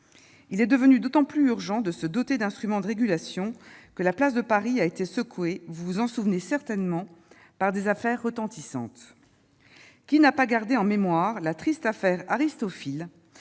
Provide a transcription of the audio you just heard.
il est devenu d'autant plus urgent de se doter d'instruments de régulation que la place de Paris a été secouée, vous vous en souvenez certainement par des affaires retentissantes, qui n'a pas gardé en mémoire la triste affaire Aristophil